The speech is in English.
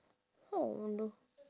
oh no